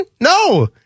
No